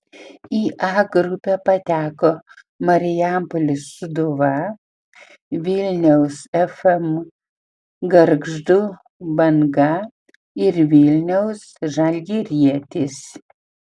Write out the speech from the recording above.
į a grupę pateko marijampolės sūduva vilniaus fm gargždų banga ir vilniaus žalgirietis